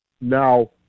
Now